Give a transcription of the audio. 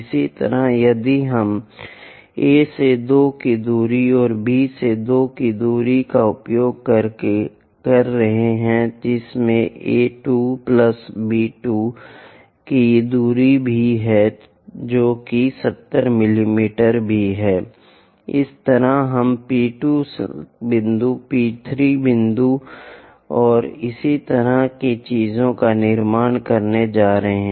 इसी प्रकार यदि हम A से 2 की दूरी और B से 2 की दूरी का उपयोग कर रहे हैं जिसमें A 2 प्लस B 2 की दूरी भी है जो कि 70 मिमी भी है इस तरह हम P 2 बिंदु P 3 बिंदु और इसी तरह की चीजों का निर्माण करने जा रहे हैं